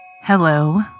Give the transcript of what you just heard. Hello